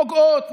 פוגעות,